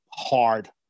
hard